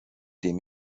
dem